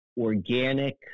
organic